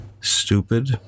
stupid